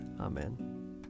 Amen